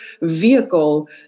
vehicle